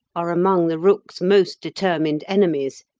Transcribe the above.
are among the rook's most determined enemies,